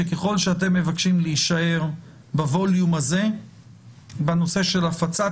שככל שאתם מבקשים להישאר בווליום הזה בנושא של הפצת